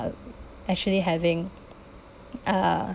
uh actually having uh